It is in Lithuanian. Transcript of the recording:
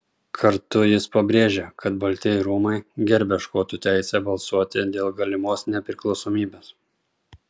kartu jis pabrėžė kad baltieji rūmai gerbia škotų teisę balsuoti dėl galimos nepriklausomybės